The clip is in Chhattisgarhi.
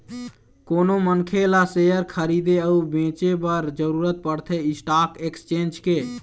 कोनो मनखे ल सेयर खरीदे अउ बेंचे बर जरुरत पड़थे स्टाक एक्सचेंज के